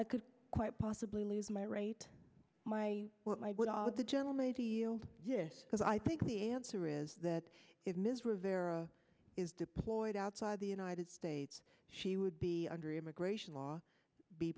i could quite possibly lose my right my what my what all the general made the yes because i think the answer is that if ms rivera is deployed outside the united states she would be under immigration law be